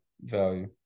value